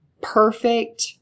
perfect